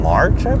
March